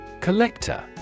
Collector